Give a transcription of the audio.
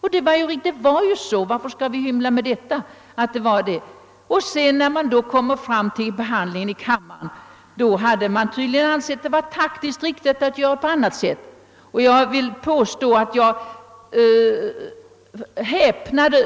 Så förhöll det sig — varför skall vi hymla med det? När vi sedan kom fram till behandlingen i kammaren, ansåg man det tydligen taktiskt riktigt att handla på annat sätt. Jag häpnade faktiskt